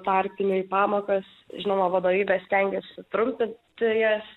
tarpinio į pamokas žinoma vadovybė stengiasi trumpinti jas